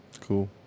cool